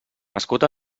nascut